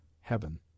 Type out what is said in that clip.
heaven